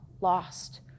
lost